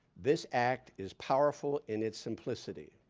this act is powerful in its simplicity.